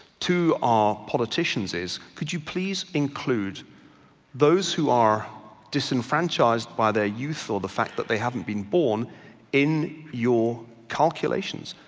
to politicians is, could you please include those who are disenfranchised by their youth or the fact that they haven't been born in your calculations.